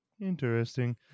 interesting